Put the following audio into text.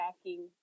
packing